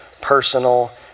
personal